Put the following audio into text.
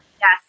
Yes